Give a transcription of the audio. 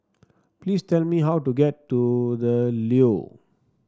please tell me how to get to The Leo